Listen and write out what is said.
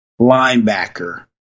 linebacker